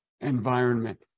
environment